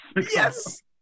Yes